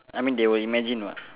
I mean they will imagine what